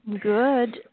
Good